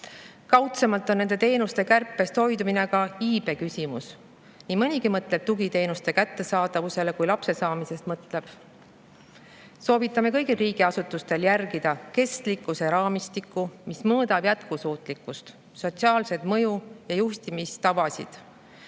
täitmisse. Kaudsemalt on nende teenuste kärpest hoidumine ka iibe küsimus. Nii mõnigi mõtleb tugiteenuste kättesaadavusele, kui lapse saamisest mõtleb. Soovitame kõigil riigiasutustel järgida kestlikkuse raamistikku, mis mõõdab jätkusuutlikkust, sotsiaalset mõju ja juhtimistavasid.